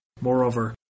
Moreover